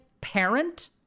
parent